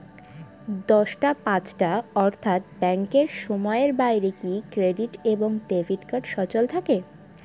দশটা পাঁচটা অর্থ্যাত ব্যাংকের সময়ের বাইরে কি ক্রেডিট এবং ডেবিট কার্ড সচল থাকে?